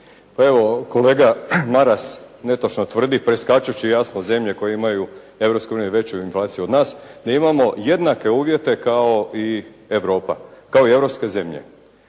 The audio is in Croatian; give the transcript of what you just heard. evo kolega Maras netočno tvrdi, preskačući jasno zemlje koje imaju u Europskoj uniji veću inflaciju od nas, da imamo jednake uvjete kao i Europa, kao i europske zemlje